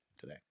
today